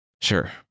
Sure